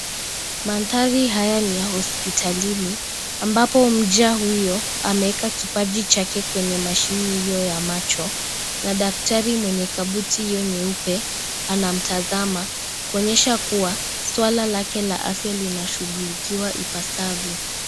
Manthari haya ni ya hospitalini, ambapo mja huyo (CS)ameeka(CS) kipaji chake kwenye mashini iyo ya macho na daktari mwenye kabuti iyo nyeupe anamtazama kuonyesha kuwa swala lake la afya linashugulikiwa ipasavyo.